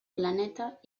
planeta